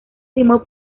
firmó